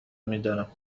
میدارم